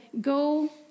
go